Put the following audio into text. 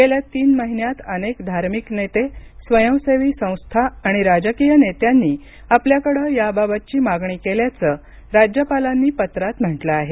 गेल्या तीन महिन्यात अनेक धार्मिक नेते स्वयंसेवी संस्था आणि राजकीय नेत्यांनी आपल्याकडे याबाबतची मागणी केल्याचं राज्यपालांनी पत्रात म्हटलं आहे